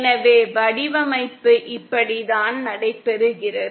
எனவே வடிவமைப்பு இப்படித்தான் நடைபெறுகிறது